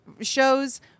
shows